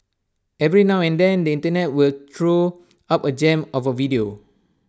every now and then the Internet will throw up A gem of A video